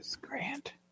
Grant